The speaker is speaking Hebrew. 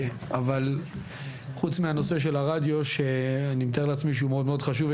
אבל חוץ מהנושא של הרדיו שאני מתאר לעצמי שהוא מאוד מאוד חשוב,